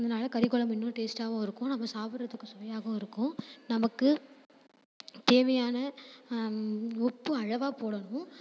அதனால கறி குழம்பு இன்னும் டேஸ்ட்டாகவும் இருக்கும் நம்ம சாப்பிட்றதுக்கு சுவையாகவும் இருக்கும் நமக்கு தேவையான உப்பு அளவா போடணும்